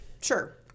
Sure